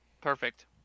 Perfect